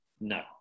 No